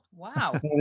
Wow